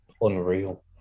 unreal